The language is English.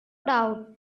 doubt